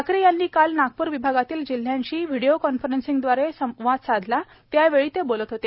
ठाकरे यांनी काल नागपूर विभागातील जिल्ह्यांशी व्हिडिओ कॉन्फरन्स द्वारे संवाद साधला त्यावेळी ते बोलत होते